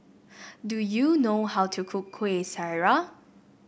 do you know how to cook Kueh Syara